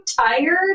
tired